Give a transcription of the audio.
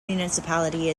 municipality